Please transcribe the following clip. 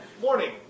Morning